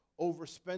overspending